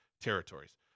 territories